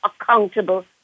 accountable